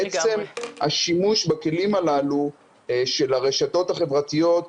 עצם השימוש בכלים הללו של הרשתות החברתיות לשיווק,